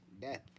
Death